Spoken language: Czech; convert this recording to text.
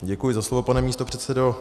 Děkuji za slovo, pane místopředsedo.